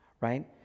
right